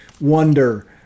wonder